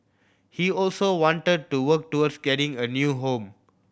he also wanted to work towards getting a new home